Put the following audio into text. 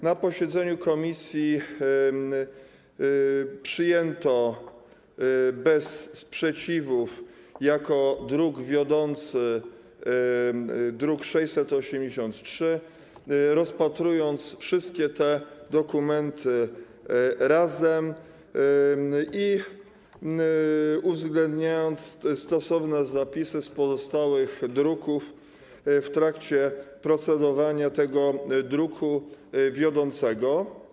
Na posiedzeniu komisji przyjęto bez sprzeciwów jako druk wiodący druk nr 683, rozpatrując wszystkie te dokumenty razem i uwzględniając stosowne zapisy z pozostałych druków w trakcie procedowania tego druku wiodącego.